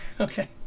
Okay